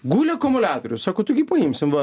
guli akumuliatorius sako taigi paimsim va